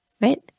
right